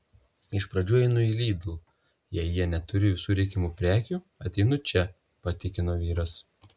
iš pradžių einu į lidl jei jie neturi visų reikiamų prekių ateinu čia patikino vyras